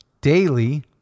daily